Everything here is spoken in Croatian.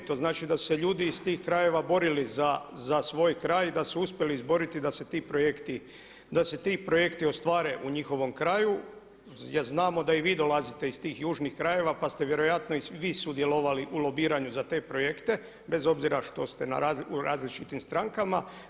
To znači da su se ljudi iz tih krajeva borili za svoj kraj i da su uspjeli izboriti da se ti projekti, da se ti projekti ostvare u njihovom kraju jer znamo da i vi dolazite iz tih južnih krajeva pa ste vjerojatno i vi sudjelovali u lobiranju za te projekte bez obzira što ste u različitim strankama.